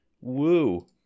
Woo